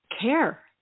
care